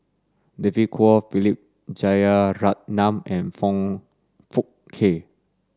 David Kwo Philip Jeyaretnam and Foong Fook Kay